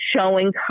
showing